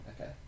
okay